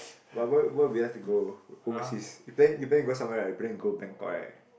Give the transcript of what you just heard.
but where where we have to go overseas you plan you plan to go somewhere right you plan to go Bangkok right